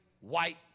white